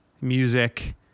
music